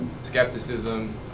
skepticism